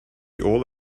all